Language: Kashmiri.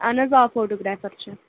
اہَن حظ آ فوٹوگرٛافر چھِ